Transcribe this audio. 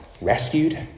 rescued